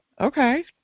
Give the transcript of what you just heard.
okay